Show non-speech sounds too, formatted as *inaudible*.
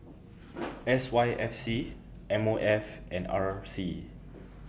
*noise* S Y F C M O F and R C